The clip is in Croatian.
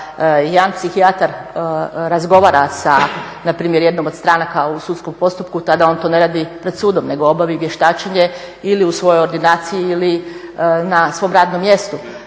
Kada jedan psihijatar razgovara sa npr. jednom od stranaka u sudskom postupku tada on to ne radi pred sudom nego obavi vještačenje ili svojoj ordinaciji ili na svom radnom mjestu.